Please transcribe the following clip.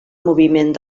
moviment